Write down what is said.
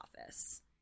office